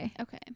okay